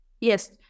Yes